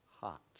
hot